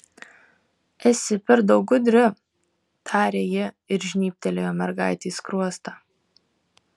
esi per daug gudri tarė ji ir žnybtelėjo mergaitei skruostą